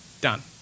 Done